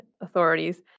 authorities